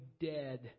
dead